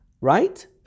right